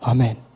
Amen